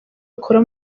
akora